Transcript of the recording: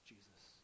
Jesus